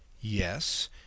yes